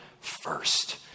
first